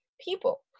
people